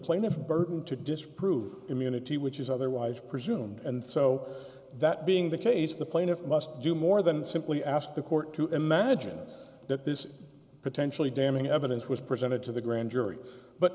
plaintiff burden to disprove immunity which is otherwise presumed and so that being the case the plaintiff must do more than simply ask the court to imagine that this potentially damning evidence was presented to the grand jury but